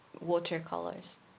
watercolors